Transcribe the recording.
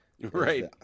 Right